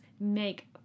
make